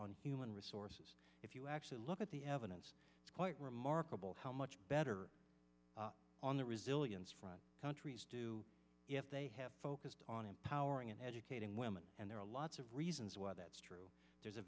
on human resources if you actually look at the evidence it's quite remarkable how much better on the resilience front countries do if they have focused on empowering and educating women and there are lots of reasons why that's true there's a